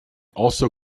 also